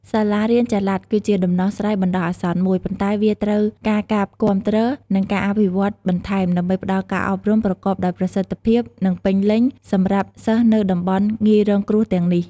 សាលារៀនចល័តគឺជាដំណោះស្រាយបណ្តោះអាសន្នមួយ ប៉ុន្តែវាត្រូវការការគាំទ្រ និងការអភិវឌ្ឍន៍បន្ថែម ដើម្បីផ្តល់ការអប់រំប្រកបដោយប្រសិទ្ធភាព និងពេញលេញសម្រាប់សិស្សនៅតំបន់ងាយរងគ្រោះទាំងនេះ។